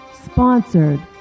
sponsored